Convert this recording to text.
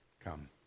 come